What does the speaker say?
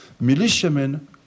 militiamen